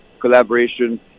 collaboration